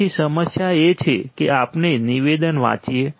તેથી સમસ્યા એ છે કે આપણે નિવેદન વાંચીએ